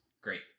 Great